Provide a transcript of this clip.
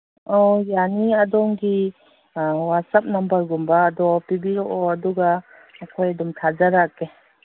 ꯑꯣ ꯌꯥꯅꯤ ꯑꯗꯣꯝꯒꯤ ꯋꯥꯆꯞ ꯅꯝꯕꯔꯒꯨꯝꯕꯗꯣ ꯄꯤꯕꯤꯔꯛꯑꯣ ꯑꯗꯨꯒ ꯑꯩꯈꯣꯏ ꯑꯗꯨꯝ ꯊꯥꯖꯔꯛꯀꯦ